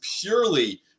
purely